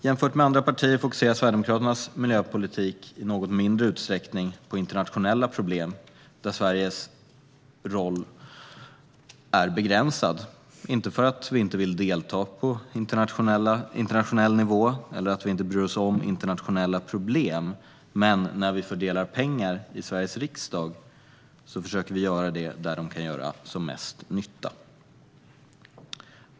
Jämfört med andra partier fokuserar Sverigedemokraternas miljöpolitik i något mindre utsträckning på internationella problem där Sveriges roll är begränsad. Det är inte för att vi inte vill delta på internationell nivå eller för att vi inte bryr oss om internationella problem, men när vi fördelar pengar i Sveriges riksdag försöker vi göra det där de kan göra som mest nytta.